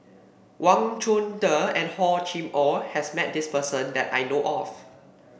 Wang Chunde and Hor Chim Or has met this person that I know of